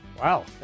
wow